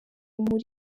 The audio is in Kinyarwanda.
muri